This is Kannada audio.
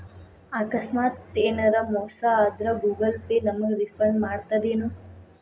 ಆಕಸ್ಮಾತ ಯೆನರ ಮೋಸ ಆದ್ರ ಗೂಗಲ ಪೇ ನಮಗ ರಿಫಂಡ್ ಮಾಡ್ತದೇನು?